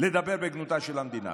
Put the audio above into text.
לדבר בגנותה של המדינה.